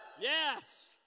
Yes